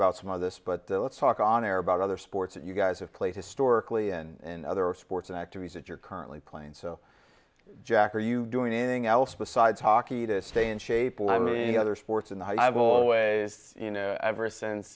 about some of this but let's talk on air about other sports that you guys have played historically in other sports and activities that you're currently playing so jack are you doing anything else besides talkie to stay in shape let me other sports and i've always you know ever since